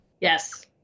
Yes